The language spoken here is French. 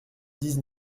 dix